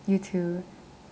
you too